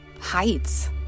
heights